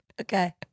Okay